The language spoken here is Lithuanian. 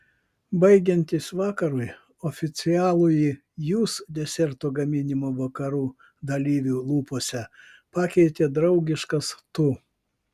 baigiantis vakarui oficialųjį jūs deserto gaminimo vakarų dalyvių lūpose pakeitė draugiškas tu